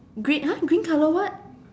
green !huh! green colour what